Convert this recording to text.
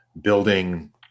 building